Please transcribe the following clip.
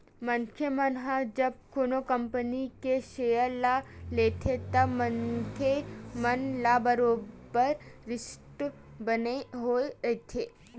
मनखे मन ह जब कोनो कंपनी के सेयर ल लेथे तब मनखे मन ल बरोबर रिस्क बने होय रहिथे